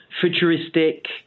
futuristic